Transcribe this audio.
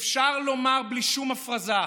"אפשר לאמור בלי שום הפרזה,